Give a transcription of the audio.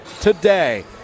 today